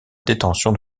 détention